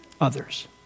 others